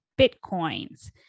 Bitcoins